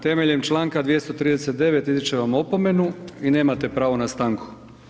Temeljem čl. 239. izričem vam opomenu i nemate pravo na stanku.